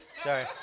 sorry